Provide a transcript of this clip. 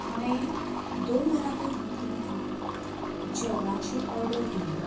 हांवें दोन वरां पयलीं तुमकां जेवणाची ऑर्डर दिल्ली